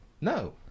No